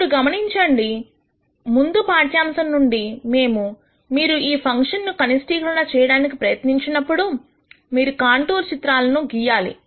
ఇప్పుడు గమనించండి ముందు పాఠ్యాంశం నుండి మేము మీరు ఈ ఫంక్షన్స్ ను కనిష్టీకరణ చేయడానికి ప్రయత్నించినప్పుడు మీరు కాంటూర్ చిత్రాలను గీయాలి